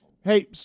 hey